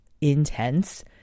intense